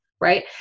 Right